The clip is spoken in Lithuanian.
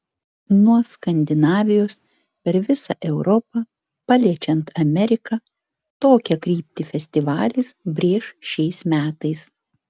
nuo skandinavijos per visą europą paliečiant ameriką tokią kryptį festivalis brėš šiais metais